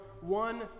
one